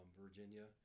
Virginia